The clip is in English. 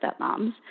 stepmoms